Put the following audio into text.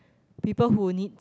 people who needs